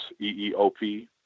EEOP